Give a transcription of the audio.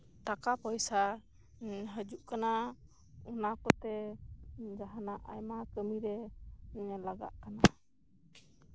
ᱴᱟᱠᱟ ᱯᱚᱭᱥᱟ ᱦᱟᱹᱡᱩᱜ ᱠᱟᱱᱟ ᱚᱱᱟᱠᱚᱛᱮ ᱡᱟᱦᱟᱸᱱᱟᱜ ᱟᱭᱢᱟ ᱠᱟᱹᱢᱤᱨᱮ ᱞᱟᱜᱟᱜ ᱠᱟᱱᱟ